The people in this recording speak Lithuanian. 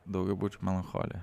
daugiabučių melancholija